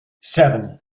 seven